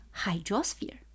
hydrosphere